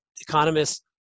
economists